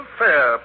fair